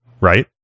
right